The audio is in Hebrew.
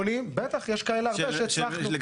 בטח, יש כאלה הרבה שהצלחנו.